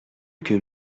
que